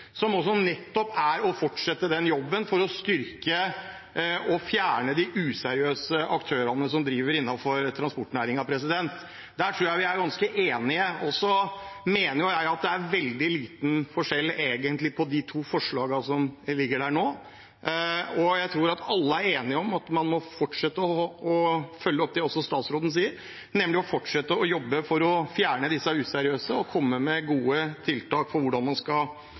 å fortsette jobben med å fjerne de useriøse aktørene som driver innenfor transportnæringen. Der tror jeg vi er ganske enige. Så mener jeg at det egentlig er veldig liten forskjell på de to forslagene som ligger her. Jeg tror alle er enige om at man må følge opp det også statsråden sier, nemlig å fortsette å jobbe for å fjerne de useriøse og komme med gode tiltak til hvordan man skal